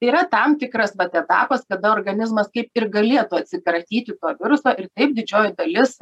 yra tam tikras vat etapas kada organizmas kaip ir galėtų atsikratyti to viruso ir didžioji dalis